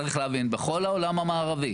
צריך להבין, בכל העולם המערבי